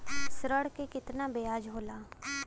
ऋण के कितना ब्याज होला?